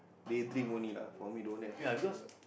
day dream only lah for me don't have lah Singapore